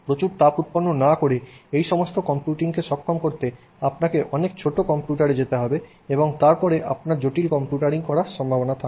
প্রচুর তাপ উৎপন্ন না করে এই সমস্ত কম্পিউটিংকে সক্ষম করতে আপনাকে অনেক ছোট কম্পিউটারে যেতে হবে এবং তারপরে আপনার জটিল কম্পিউটারিং করার সম্ভাবনা থাকবে